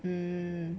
hmm